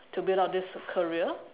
to build up this career